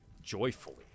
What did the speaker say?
joyfully